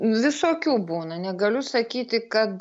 visokių būna negaliu sakyti kad